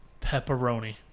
Pepperoni